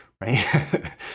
right